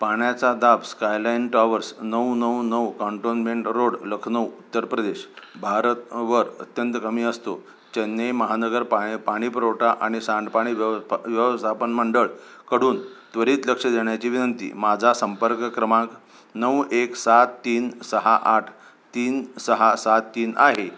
पाण्याचा दाब skyline towers नऊ नऊ नऊ कॉन्टोनमेंट रोड लखनौ उत्तर प्रदेश भारतवर अत्यंत कमी असतो चेन्नई महानगर पा पाणी पुरवठा आणि सांडपाणी व्यवपा व्यवस्थापन मंडळ कडून त्वरित लक्ष देण्याची विनंती माझा संपर्क क्रमांक नऊ एक सात तीन सहा आठ तीन सहा सात तीन आहे